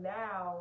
now